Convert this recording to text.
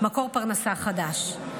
מקור פרנסה חדש.